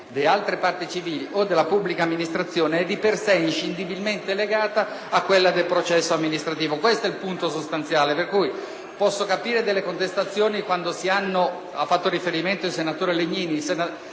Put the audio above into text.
di altre parti civili o della pubblica amministrazione, è di per sé inscindibilmente legata a quella del processo amministrativo. Questo è il punto sostanziale, per cui posso capire le contestazioni quando ci si riferisce al codice di